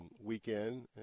weekend